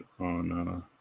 on